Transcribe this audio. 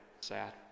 sad